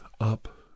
up